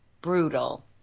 brutal